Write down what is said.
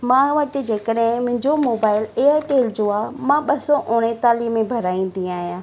मां वटि जे कॾहिं मुंहिंजो मोबाइल एयरटेल जो आहे मां ॿ सौ उणेतालीह में भराईंदी आहियां